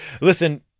listen